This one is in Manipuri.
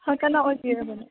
ꯍꯣꯏ ꯀꯅꯥ ꯑꯣꯏꯕꯤꯔꯕꯅꯣ